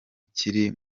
kiri